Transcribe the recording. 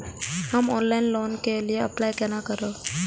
हम online loan के लिए अप्लाई केना करब?